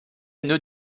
nœud